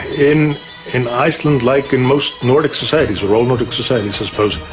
in in iceland, like in most nordic societies or all nordic societies i suppose,